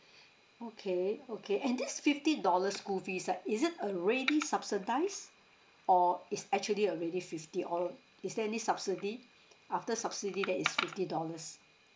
okay okay and this fifty dollars school fees like is it already subsidised or it's actually already fifty or is there any subsidy after subsidy that is fifty dollars